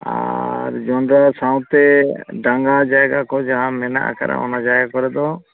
ᱟᱨ ᱡᱚᱸᱰᱨᱟ ᱥᱟᱶᱛᱮ ᱰᱟᱸᱜᱟ ᱡᱟᱭᱜᱟ ᱠᱚ ᱡᱟᱦᱟᱸ ᱢᱮᱱᱟᱜ ᱟᱠᱟᱜᱼᱟ ᱚᱱᱟ ᱡᱟᱭᱜᱟ ᱠᱚᱨᱮ ᱫᱚ